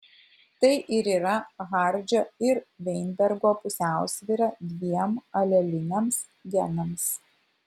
tai ir yra hardžio ir vainbergo pusiausvyra dviem aleliniams genams